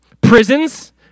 prisons